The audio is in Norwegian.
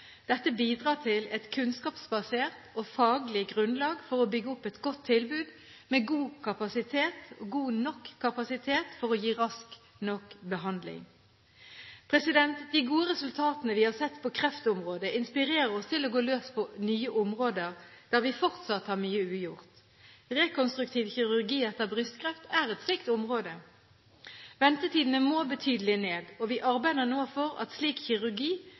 Dette bidrar til et kunnskapsbasert og faglig grunnlag for å bygge opp et godt tilbud med god nok kapasitet til å gi rask nok behandling. De gode resultatene vi har sett på kreftområdet, inspirerer oss til å gå løs på områder der vi fortsatt har mye ugjort. Rekonstruktiv kirurgi etter brystkreft er et slikt område. Ventetidene må betydelig ned, og vi arbeider nå for at slik kirurgi